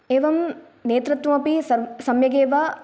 एवं नेतृत्वमपि सम्यगेव